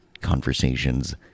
conversations